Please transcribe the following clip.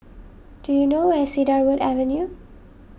do you know where is Cedarwood Avenue